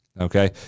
Okay